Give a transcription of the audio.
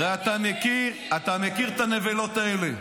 הרי אתה מכיר, אתה מכיר את הנבלות האלה.